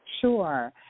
Sure